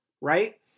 right